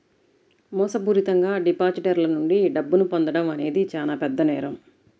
మోసపూరితంగా డిపాజిటర్ల నుండి డబ్బును పొందడం అనేది చానా పెద్ద నేరం